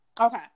okay